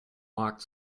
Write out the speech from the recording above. walked